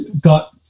got